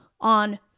on